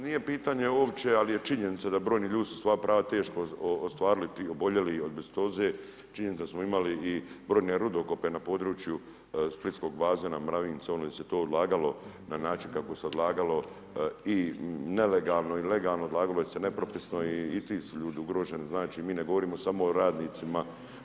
Nije pitanje uopće, ali je činjenica da brojni ljudi su svoja prava teško ostvarili, ti oboljeli od azbestoze, činjenica je da smo imali i brojne rudokope na području Splitskog bazena, Mravince, gdje se to odlagalo na način kako se odlagalo i nelegalno i legalno, odlagalo se nepropisno i ti su ljudi ugroženi, znači, mi ne govorimo samo o radnicima.